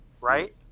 right